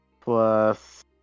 plus